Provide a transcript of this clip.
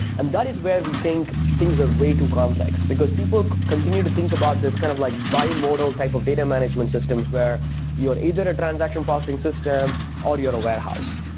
and that is where we think things are way too complex, because people continue to think about this kind of like bimodal type of data management systems where you're either a transaction processing system or you're a warehouse.